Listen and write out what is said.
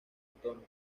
antonia